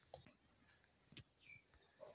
खाता अपटूडेट कतला लगवार करोहीस?